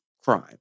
crime